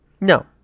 No